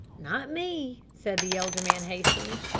not me, said the elder man hastily.